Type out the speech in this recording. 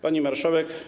Pani Marszałek!